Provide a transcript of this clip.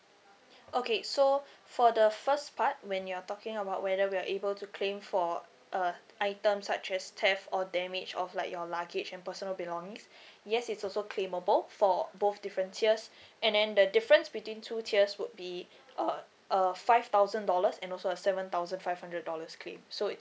okay so for the first part when you are talking about whether we are able to claim for uh items such as theft or damage of like your luggage and personal belongings yes it's also claimable for both different tiers and then the difference between two tiers would be uh a five thousand dollars and also a seven thousand five hundred dollars claim so it's